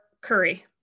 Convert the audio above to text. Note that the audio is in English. curry